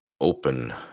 open